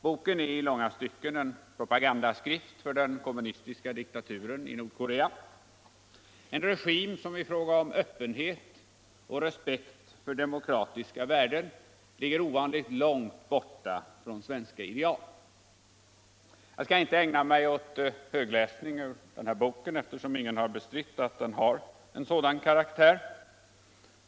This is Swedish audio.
Boken är i långa stycken en propagandaskrift för den kommunistiska diktaturen i Nordkorea - en regim som i fråga om öppenhet och respekt för demokratiska värden ligger ovanligt långt borta från svenska ideal. Jag skall inte ägna mig åt högläsning ur boken, eftersom ingen har bestritt att den har en sådan karaktär.